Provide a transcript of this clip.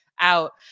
out